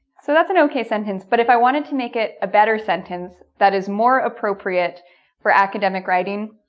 so, that's an okay sentence, but if i wanted to make it a better sentence, that is more appropriate for academic writing,